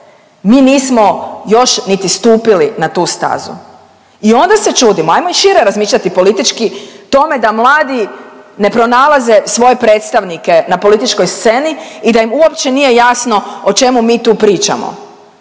Mi nismo još niti stupili na tu stazu. I onda se čudimo, ajmo i šire razmišljati politički tome da mladi ne pronalaze svoje predstavnike na političkoj sceni i da im uopće nije jasno o čemu mi tu pričamo.